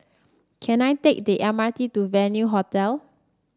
can I take the M R T to Venue Hotel